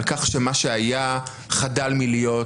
על כך שמה שהיה חדל מלהיות,